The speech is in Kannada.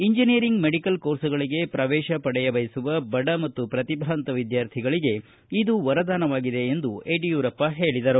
ಇಂಜಿನಿಯರಿಂಗ್ ಮೆಡಿಕಲ್ ಕೋರ್ಸ್ಗಳಿಗೆ ಪ್ರವೇಶ ಪಡೆಯುವ ಬಡ ಮತ್ತು ಪ್ರತಿಭಾವಂತ ವಿದ್ಯಾರ್ಥಿಗಳಿಗೆ ಇದು ವರದಾನವಾಗಿದೆ ಎಂದು ಯಡಿಯೂರಪ್ಪ ಹೇಳಿದರು